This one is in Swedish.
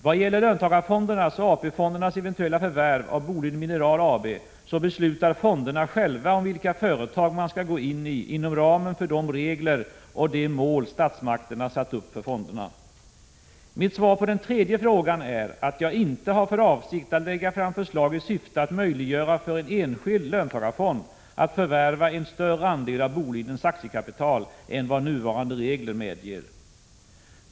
Vad gäller löntagarfondernas och AP-fondernas eventuella förvärv av Boliden Mineral AB så beslutar fonderna själva om vilka företag man skall gå iniinom ramen för de regler och de mål statsmakterna satt upp för fonderna. Mitt svar på den tredje frågan är att jag inte har för avsikt att lägga fram förslag i syfte att möjliggöra för en enskild löntagarfond att förvärva en större andel av Bolidens aktiekapital än vad nuvarande regler medger.